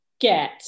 get